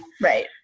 right